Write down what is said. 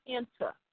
enter